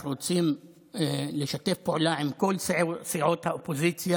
אנחנו רוצים לשתף פעולה עם כל סיעות האופוזיציה.